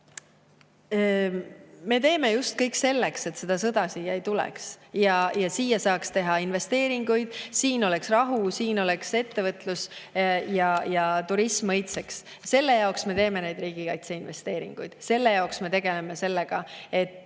me teeme just kõik selleks, et sõda siia ei tuleks, et siia saaks teha investeeringuid, siin oleks rahu, siin oleks ettevõtlus ja turism õitseks. Selle jaoks me teeme neid riigikaitseinvesteeringuid. Selle jaoks me tegeleme sellega, et